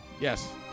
Yes